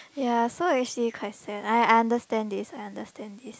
ya so actually quite sad I understand this I understand this